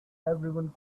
everyone